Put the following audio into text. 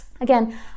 Again